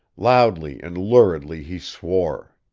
loudly and luridly he swore.